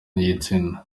n’igitsina